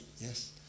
yes